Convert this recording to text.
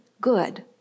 good